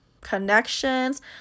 connections